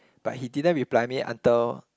but he didn't reply me until